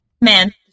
Man